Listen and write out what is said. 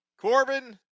Corbin